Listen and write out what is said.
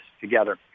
together